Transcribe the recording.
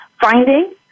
finding